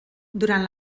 durant